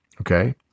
okay